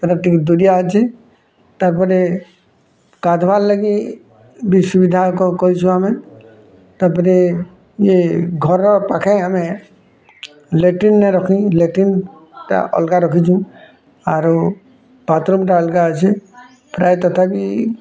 ସେଇଟା ଟିକେ ଦୂରିଆ ଅଛି ତା'ପରେ ଗାଧବାର୍ ଲାଗି ବି ସୁବିଧା କରିଛୁଁ ଆମେ ତା'ପରେ ଇଏ ଘର ପାଖେ ଆମେ ଲାଟ୍ରିନ୍ ନା ରଖି ଲାଟ୍ରିନ୍ ଟା ଅଲଗା ରଖିଛୁ ଆରୁ ବାଥରୁମ୍ଟା ଅଲଗା ଅଛି ପ୍ରାୟ ତଥାପି